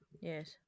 Yes